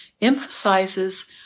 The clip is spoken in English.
emphasizes